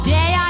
day